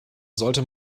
sollte